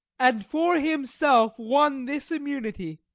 and for himself won this immunity?